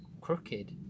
crooked